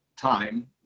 time